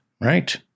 right